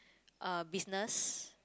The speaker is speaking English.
uh business